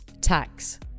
tax